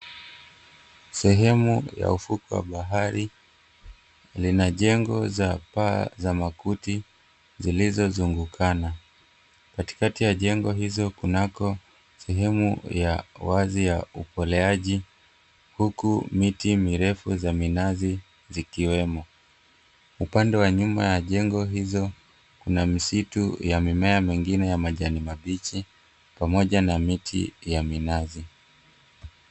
Sehemu ya ufukwe wa bahari lina jengo za paa za makuti zilizozungukana katikakati ya jengo hizo kunako sehemu ya wazi ya ukoleaji huku miti mirefu za minazi zikiwemo. Upande wa nyuma ya jengo hizo kuna msitu ya mimea mengine ya majani mabichi pamoja na miti ya minazi.